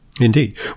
Indeed